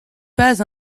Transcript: pas